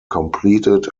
completed